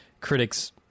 critics